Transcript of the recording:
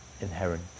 inherent